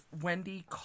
Wendy